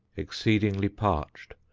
exceedingly parched,